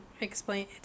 explain